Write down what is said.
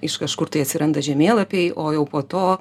iš kažkur tai atsiranda žemėlapiai o jau po to